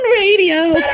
radio